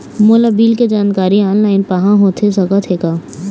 मोला बिल के जानकारी ऑनलाइन पाहां होथे सकत हे का?